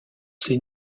ses